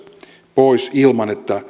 pois ilman että